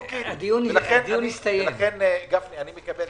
לכן אני מקבל את ההצעה.